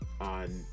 on